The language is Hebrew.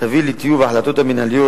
תביא לטיוב ההחלטות המינהליות,